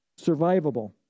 survivable